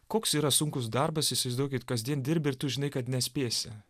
koks yra sunkus darbas įsivaizduokit kasdien dirbi ir tu žinai kad nespėsi